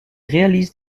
réalise